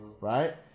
right